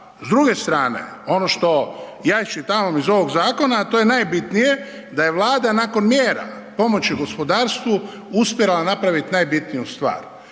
S druge strane, ono što ja iščitavam iz ovog zakona, a to je nabitnije, da je Vlada nakon mjera pomoći gospodarstvu uspjela napravit najbitniju stvar,